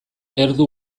erdu